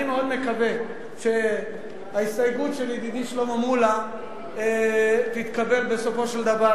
אני מאוד מקווה שההסתייגות של ידידי שלמה מולה תתקבל בסופו של דבר,